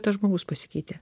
tas žmogus pasikeitė